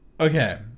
Okay